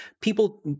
people